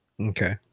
okay